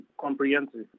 comprehensive